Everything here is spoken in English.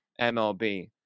MLB